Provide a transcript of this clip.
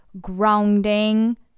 grounding